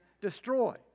destroy